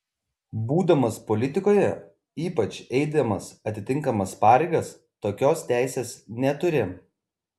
būdamas politikoje ypač eidamas atitinkamas pareigas tokios teisės neturi